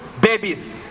babies